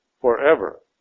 forever